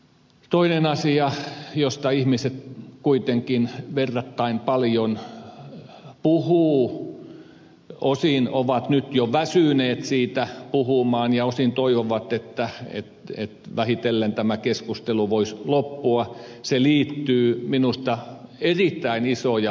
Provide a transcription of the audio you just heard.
toinen asia josta ihmiset kuitenkin verrattain paljon puhuvat osin ovat nyt jo väsyneet siitä puhumaan ja osin toivovat että vähitellen tämä keskustelu voisi loppua liittyy minusta erittäin isoon ja vakavaan ongelmaan